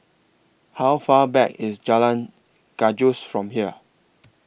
How Far Back IS Jalan Gajus from here